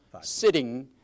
sitting